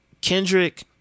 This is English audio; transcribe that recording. Kendrick